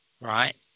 right